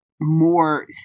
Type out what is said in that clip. more